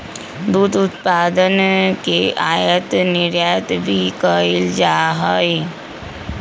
दुध उत्पादन के आयात निर्यात भी कइल जा हई